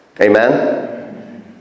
Amen